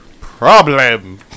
problem